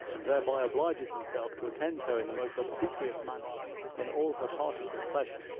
and thereby obliges himself to attend her in the most obsequious manner in all her parties of pleasure,